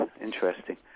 Interesting